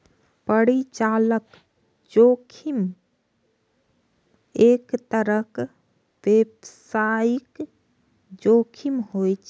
परिचालन जोखिम एक तरहक व्यावसायिक जोखिम होइ छै